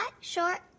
short